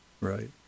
right